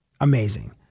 Amazing